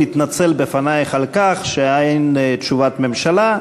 מתנצל בפנייך על כך שאין תשובת ממשלה.